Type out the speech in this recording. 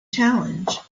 challenge